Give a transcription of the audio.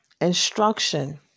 instruction